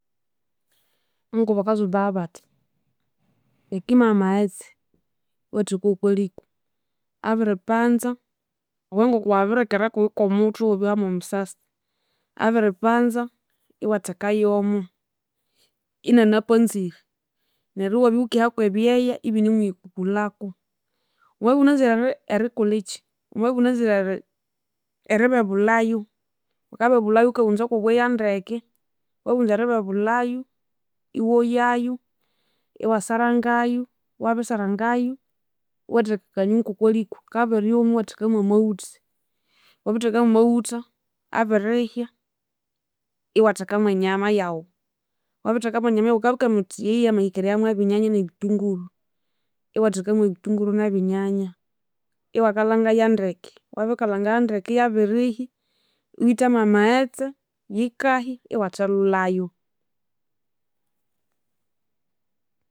Engoko bakatsumbayu batya, ikimaya amaghetse iwatheka wokwaliko abiripanza obo engoko wabirikera kuyu kwomuthwe iwihamwomusasi, abiripanza iwatheka yomo inanapanzire neryu iwabya wukihakwebyeya ibinimu yikukulhaku. Wamabya iwunanzire erikolekyi wamabya iwunanzire eribebulhayu, wukabebulhayu wukaghunza kwobweya ndeke. Wabiwunza eribebulhayu iwoyayu, iwasarangayu wabisarangayu, iwatheka akanyungu kokwalhiku, kabiryuma iwatheka kwamaghutha, wabitheka mwamaghutha abirihya, iwatheka mwenyama yawu. Wabitheka mwenyama yawu, wukabya wuka minya wuthi yeyi yamahika eriya mwebinyanya nebithunguru, iwatheka mwebithunguru nebinyanya iwakalhangayu yandeke, wabikalhangaya ndeke yabirihya iwuthamu amaghetse yikahya iwathelhulhayu